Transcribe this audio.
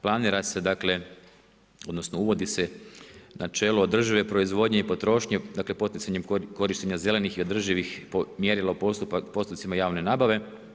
Planira se dakle, odnosno uvodi se načelo održive proizvodnje i potrošnje, dakle poticanjem korištenja zelenih i održivih mjerila u postupcima javne nabave.